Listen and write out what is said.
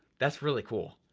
that's really cool.